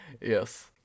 Yes